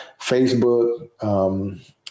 Facebook